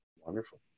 Wonderful